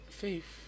faith